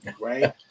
Right